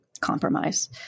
compromise